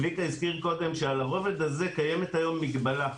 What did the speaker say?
צביקה הזכיר קודם שעל הרובד הזה קיימת היום מגבלה.